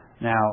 Now